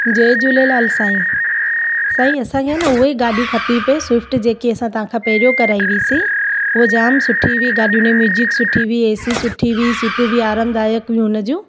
जय झूलेलाल साईं साईं असांखे न उहे गाॾी खपी पे स्विफ्ट जेकी असां तव्हांखा पहिरियों कराई हुईसीं उहो जाम सुठी हुई गाॾी हुई हुन जी म्यूज़िक सुठी हुई ए सी सुठी हुई सीटूं बि आरामदायक हुयूं उन जूं